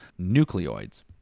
nucleoids